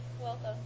Welcome